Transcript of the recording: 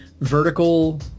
vertical